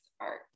art